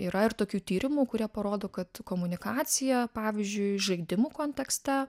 yra ir tokių tyrimų kurie parodo kad komunikacija pavyzdžiui žaidimų kontekste